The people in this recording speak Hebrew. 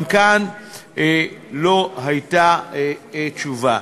גם כאן לא הייתה תשובה.